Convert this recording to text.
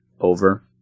over